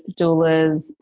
doulas